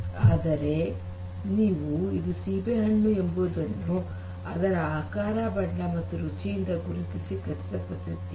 ಆದ್ದರಿಂದ ನೀವು ಇದು ಸೇಬಿನ ಹಣ್ಣು ಅಂಬುದನ್ನು ಅದರ ಆಕಾರ ಬಣ್ಣ ಮತ್ತು ರುಚಿಯಿಂದ ಗುರುತಿಸಿ ಖಚಿತಪಡಿಸಿದ್ದೀರಿ